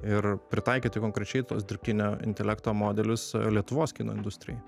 ir pritaikyti konkrečiai tuos dirbtinio intelekto modelius lietuvos kino industrijai